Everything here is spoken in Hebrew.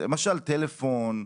למשל טלפון.